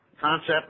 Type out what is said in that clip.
Concept